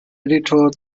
editor